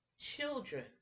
children